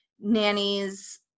nannies